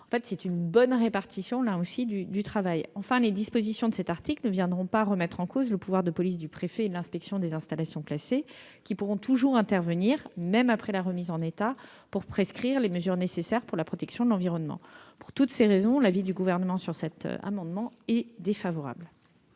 en fait, d'une bonne répartition du travail. Enfin, les dispositions de cet article ne viendront pas remettre en cause le pouvoir de police du préfet et de l'inspection des installations classées, qui pourront toujours intervenir, même après la remise en état, pour prescrire les mesures nécessaires à la protection de l'environnement. Pour toutes ces raisons, le Gouvernement est défavorable